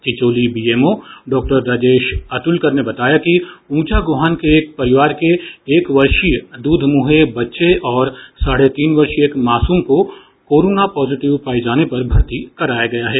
Chicholi BMO Dr Rajesh Atulkar ने बताया कि ऊंचागोहान के एक परिवार के एक वर्षीय दुधमुहे बच्चे और साढ़े तीन वर्षीय एक मासूम को कोरोना पॉजिटिव पाए जाने पर भर्ती कराया गया है